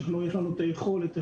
שיש לנו את היכולת,